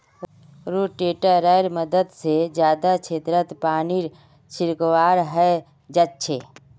रोटेटरैर मदद से जादा क्षेत्रत पानीर छिड़काव हैंय जाच्छे